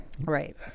Right